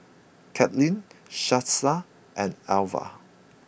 Katelin Shasta and Elvia